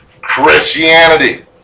Christianity